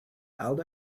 aldo